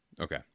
Okay